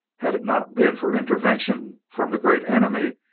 had it not been for intervention from the great enemy,